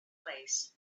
place